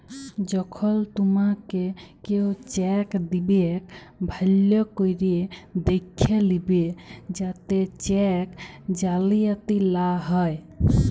যখল তুমাকে কেও চ্যাক দিবেক ভাল্য ক্যরে দ্যাখে লিবে যাতে চ্যাক জালিয়াতি লা হ্যয়